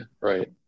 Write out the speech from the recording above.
Right